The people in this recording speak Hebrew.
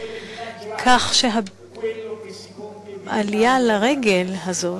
כך שהעלייה לרגל הזאת,